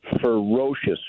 ferocious